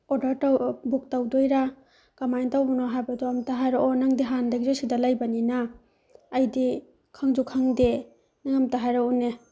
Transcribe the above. order ꯇꯧ book ꯇꯧꯗꯣꯏꯔ ꯀꯃꯥꯏꯅ ꯟꯇꯧꯕꯅꯣ ꯍꯥꯏꯕꯗꯣ ꯑꯃꯨꯛꯇ ꯍꯥꯏꯔꯛꯑꯣ ꯅꯪꯗꯤ ꯍꯥꯟꯅꯗꯒꯤꯁꯨ ꯁꯤꯗ ꯂꯩꯕꯅꯤꯅ ꯑꯩꯗꯤ ꯈꯪꯁꯨ ꯈꯪꯗꯦ ꯅꯪ ꯑꯃꯨꯛꯇ ꯍꯥꯏꯔꯛꯎꯅꯦ